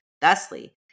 Thusly